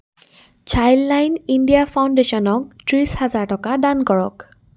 Childline India ফাউণ্ডেশ্যনক ত্ৰিছ হাজাৰ টকা দান কৰক